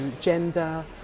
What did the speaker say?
gender